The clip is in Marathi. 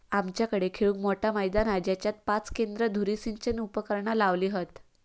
आमच्याकडे खेळूक मोठा मैदान हा जेच्यात पाच केंद्र धुरी सिंचन उपकरणा लावली हत